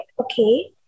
okay